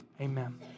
amen